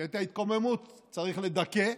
שאת ההתקוממות צריך לדכא,